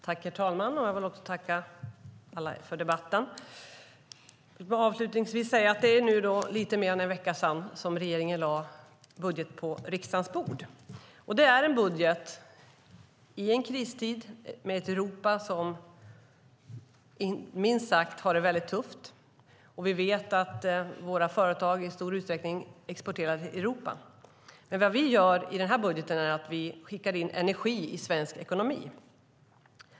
Herr talman! Jag vill tacka alla för debatten. Det är nu lite mer än en vecka sedan regeringen lade budgeten på riksdagens bord. Det är en budget i en kristid, med ett Europa som har det minst sagt tufft. Vi vet att våra företag i stor utsträckning exporterar till Europa. Vad vi gör i den här budgeten är att vi skickar in energi i svensk ekonomi.